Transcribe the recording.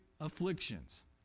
Afflictions